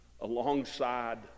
alongside